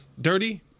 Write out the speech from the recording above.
Dirty